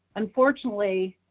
unfortunately,